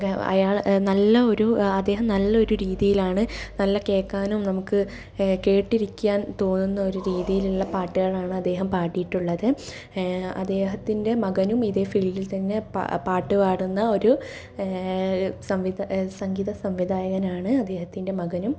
അയാൾ നല്ല ഒരു അദ്ദേഹം നല്ല ഒരു രീതിയിലാണ് നല്ല കേൾക്കാനും നമുക്ക് കേട്ടിരിക്കാൻ തോന്നുന്ന ഒരു രീതിയിലുള്ള പാട്ടുകളാണ് അദ്ദേഹം പാടിയിട്ടുള്ളത് അദ്ദേഹത്തിൻ്റെ മകനും ഇതേ ഫീൽഡിൽ തന്നെ പാട്ട് പാടുന്ന ഒരു സംവിദ സംഗീത സംവിധായകനാണ് അദ്ദേഹത്തിൻ്റെ മകനും